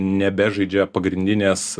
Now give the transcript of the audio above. nebežaidžia pagrindinės